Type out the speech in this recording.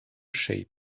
shape